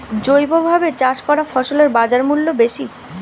জৈবভাবে চাষ করা ফসলের বাজারমূল্য বেশি